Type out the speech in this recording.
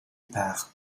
par